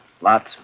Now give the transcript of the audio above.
Lots